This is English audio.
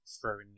throwing